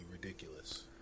ridiculous